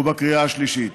ובקריאה השלישית.